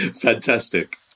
Fantastic